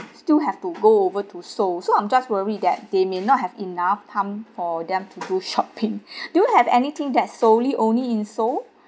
still have to go over to seoul so I'm just worried that they may not have enough time for them to do shopping do you have anything that solely only in seoul